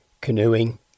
Canoeing